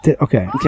okay